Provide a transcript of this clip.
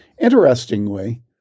Interestingly